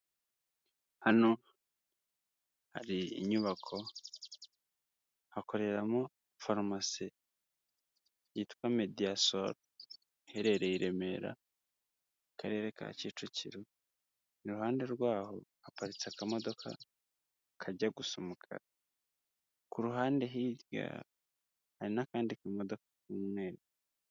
Hano hari inyubako, hakoreramo farumasi yitwa Mediasol iherereye i Remera mu karere ka Kicukiro, iruhande rwaho haparitse akamodoka kajya gusa umukara, ku ruhande hirya hari n'akandi kamodoka k'umweru.